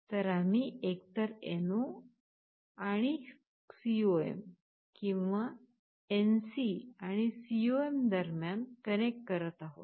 तर आम्ही एकतर NO आणि COM किंवा NC आणि COM दरम्यान कनेक्ट करत आहोत